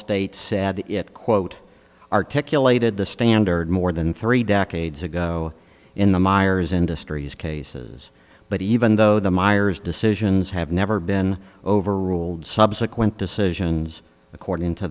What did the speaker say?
states said it quote articulated the standard more than three decades ago in the miers industry's cases but even though the miers decisions have never been overruled subsequent decisions according to